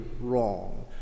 wrong